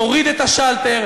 תוריד את השלטר,